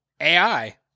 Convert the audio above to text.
AI